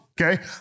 okay